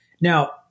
Now